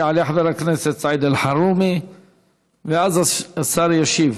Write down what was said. יעלה חבר הכנסת סעיד אלחרומי ואז השר ישיב.